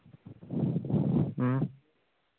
اۭں